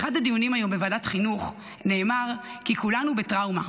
באחד הדיונים היום בוועדת החינוך נאמר כי כולנו בטראומה,